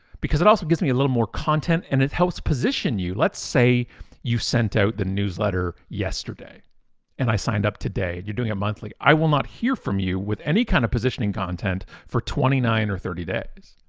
because it also gives me a little more content and it helps position you. let's say you sent out the newsletter yesterday and i signed up today. you're doing it monthly. i will not hear from you with any kind of positioning content for twenty nine or thirty days,